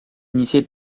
initiée